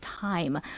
time